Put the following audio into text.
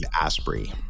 Asprey